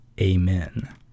amen